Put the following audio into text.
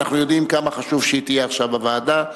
ואנחנו יודעים כמה חשוב שהיא תהיה עכשיו בוועדה,